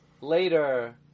later